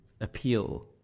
appeal